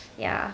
ya